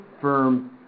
firm